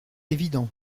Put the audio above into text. évident